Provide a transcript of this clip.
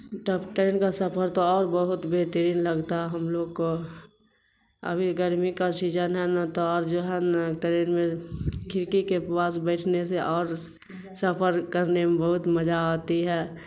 train کا سفر تو اور بہت بہترین لگتا ہے ہم لوگ کو ابھی گرمی کا سیزن ہے نا تو اور جو ہے نا ٹرین میں کھڑکی کے پاس بیٹھنے سے اور سفر کرنے میں بہت مزا آتی ہے